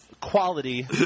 quality